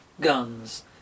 guns